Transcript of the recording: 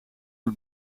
het